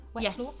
Yes